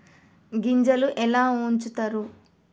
గింజలు ఎలా ఉంచుతారు?